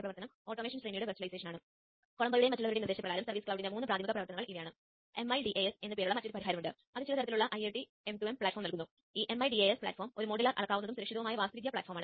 ഇത് receiver side program വായിക്കുന്നതിനും കാത്തിരിക്കുന്നു